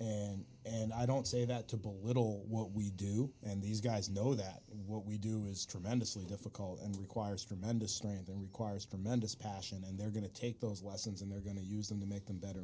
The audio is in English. and and i don't say that to bill little what we do and these guys know that what we do is tremendously difficult and requires tremendous strength and requires tremendous passion and they're going to take those lessons and they're going to use them to make them better